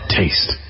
taste